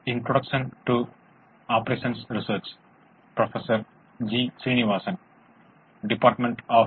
இந்த வகுப்பில் முதன்மையான மற்றும் இரட்டை சம்பந்தப்பட்ட சில முடிவுகள் மற்றும் கோட்பாடுகளைப் பார்க்கிறோம்